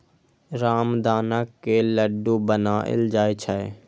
रामदाना के लड्डू बनाएल जाइ छै